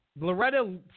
Loretta